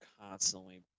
constantly